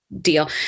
deal